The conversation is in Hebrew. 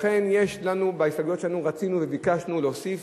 ולכן בהסתייגויות שלנו רצינו וביקשנו להוסיף